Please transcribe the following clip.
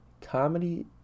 comedy